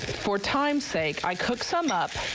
four times sake i cook some up